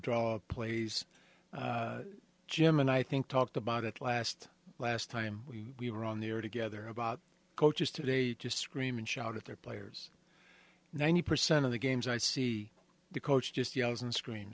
draw plays jim and i think talked about it last last time we were on the air together coaches today just scream and shout at their players ninety percent of the games i see the coach just yells and scream